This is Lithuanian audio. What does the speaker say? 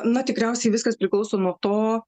na tikriausiai viskas priklauso nuo to